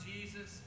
Jesus